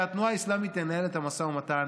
שהתנועה האסלאמית תנהל את המשא ומתן